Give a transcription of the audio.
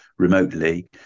remotely